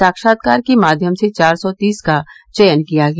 साक्षात्कार के माध्यम से चार सौ तीस का चयन किया गया